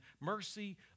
mercy